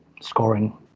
scoring